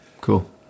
Cool